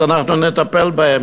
אנחנו נטפל בהם.